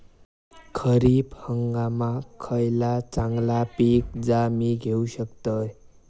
खरीप हंगामाक खयला चांगला पीक हा जा मी घेऊ शकतय?